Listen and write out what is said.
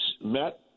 Matt